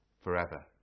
forever